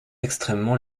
extrêmement